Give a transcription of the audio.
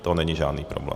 To není žádný problém.